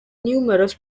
numerous